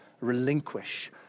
relinquish